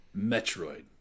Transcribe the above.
Metroid